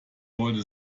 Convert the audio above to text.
wollte